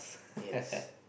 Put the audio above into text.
yes